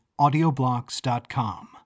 AudioBlocks.com